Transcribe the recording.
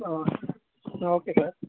okay sir